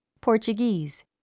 Portuguese